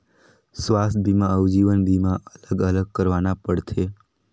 स्वास्थ बीमा अउ जीवन बीमा अलग अलग करवाना पड़थे?